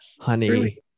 honey